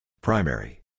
Primary